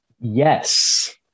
Yes